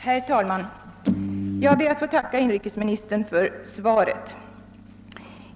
Herr talman! Jag ber att få tacka inrikesministern för svaret.